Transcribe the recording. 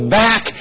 back